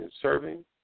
serving